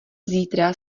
zítra